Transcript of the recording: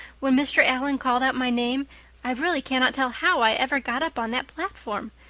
when mr. allan called out my name i really cannot tell how i ever got up on that platform.